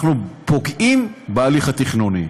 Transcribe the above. אנחנו פוגעים בהליך התכנוני.